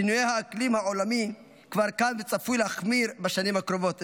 שינוי האקלים העולמי כבר כאן וצפוי להחמיר בשנים הקרובות,